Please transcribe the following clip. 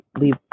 leave